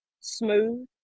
smooth